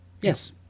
Yes